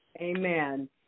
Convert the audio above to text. Amen